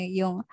yung